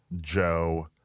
Joe